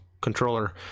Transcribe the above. controller